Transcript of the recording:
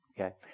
Okay